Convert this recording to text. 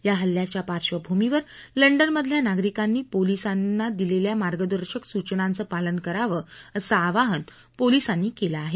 या हल्ल्याच्या पार्श्वभूमीवर लंडनमधल्या नागरिकांनी पोलिसांनी दिलेल्या मार्गदर्शक सूचनांच पालन करावं असं आवाहन केलं आहे